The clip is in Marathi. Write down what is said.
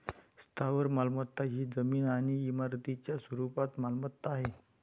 स्थावर मालमत्ता ही जमीन आणि इमारतींच्या स्वरूपात मालमत्ता आहे